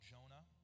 Jonah